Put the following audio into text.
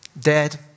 dead